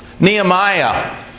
Nehemiah